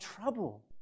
trouble